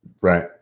Right